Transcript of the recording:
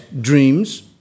dreams